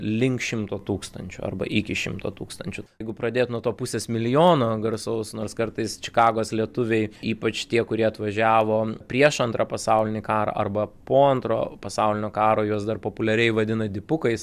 link šimto tūkstančių arba iki šimto tūkstančių jeigu pradėt nuo to pusės milijono garsaus nors kartais čikagos lietuviai ypač tie kurie atvažiavo prieš antrą pasaulinį karą arba po antro pasaulinio karo juos dar populiariai vadina dipukais